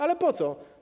Ale po co?